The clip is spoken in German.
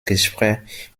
gespräch